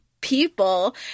people